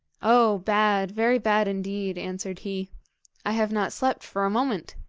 oh, bad very bad indeed answered he i have not slept for a moment.